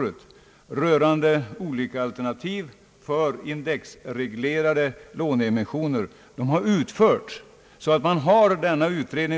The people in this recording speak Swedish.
Man fick redan då tämligen klart för sig att expertisen här i landet avstyrker införandet av värdefasta statliga obligationslån. Riksgäldskontoret meddelade i sitt remissyttrande, att